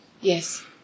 Yes